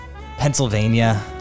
Pennsylvania